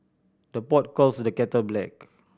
the pot calls the kettle black